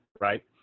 Right